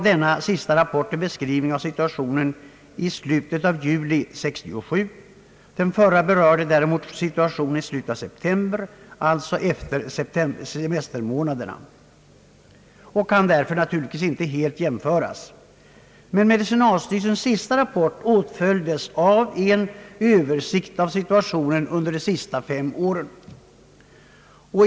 Den sistnämnda rapporten är en beskrivning av situationen i slutet av juli 1967, den förra däremot av situationen i slutet av september, alltså efter semestermånaderna, och rapporterna kan naturligtvis därför inte helt jämföras. Men medicinalstyrelsens senaste rapport åtföljdes av en översikt av situationen un der de senaste fem åren.